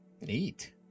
Neat